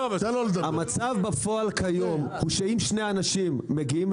המצב בפועל כיום הוא שאם שני אנשים מגיעים